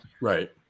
Right